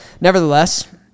nevertheless